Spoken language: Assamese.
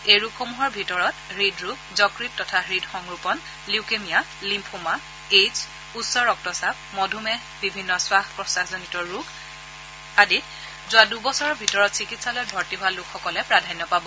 এই ৰোগসমূহৰ ভিতৰত হৃদৰোগ যকৃত তথা হৃদসংৰোপণ লিউকেমিয়া লিম্ফোমা এইডছ উচ্চৰক্তচাপ মধুমেহ বিভিন্ন শ্বাসৰোগ আদিত যোৱা দুবছৰৰ ভিতৰত চিকিৎসালয়ত ভৰ্তি হোৱা লোকসকলে প্ৰাধান্য পাব